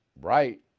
right